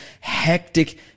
hectic